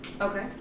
Okay